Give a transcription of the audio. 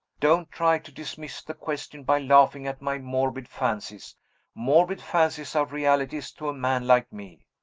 don't try to dismiss the question by laughing at my morbid fancies morbid fancies are realities to a man like me.